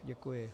Děkuji.